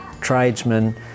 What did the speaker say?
tradesmen